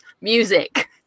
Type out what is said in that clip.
Music